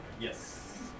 Yes